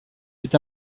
est